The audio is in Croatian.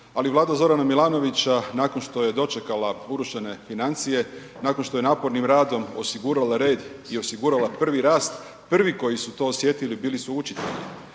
ali Vlada Zorana Milanovića nakon što je dočekala urušene financije, nakon što je napornim radom osigurala red i osigurala prvi rast, prvi koji su to osjetili bili su učitelji,